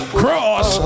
cross